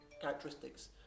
characteristics